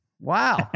Wow